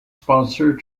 sponsor